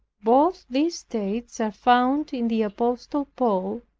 both these states are found in the apostle paul.